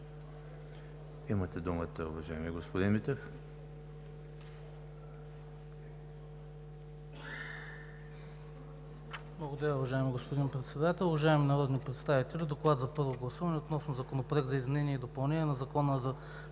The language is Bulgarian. Имате думата, уважаеми господин